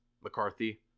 McCarthy